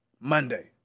Monday